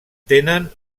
tenen